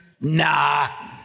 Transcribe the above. nah